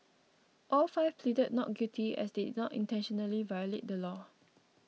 all five pleaded not guilty as they did not intentionally violate the law